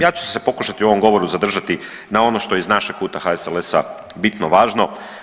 Ja ću se pokušati u ovom govoru zadržati na ono što iz našeg kuta HSLS-a bitno važno.